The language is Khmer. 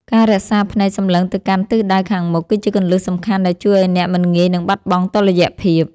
ការរក្សាភ្នែកសម្លឹងទៅកាន់ទិសដៅខាងមុខ គឺជាគន្លឹះសំខាន់ដែលជួយឱ្យអ្នកមិនងាយនឹងបាត់បង់តុល្យភាព។